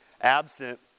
absent